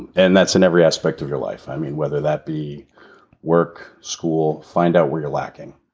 and that's in every aspect of your life, i mean, whether that be work, school, find out where you're lacking.